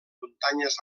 muntanyes